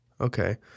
Okay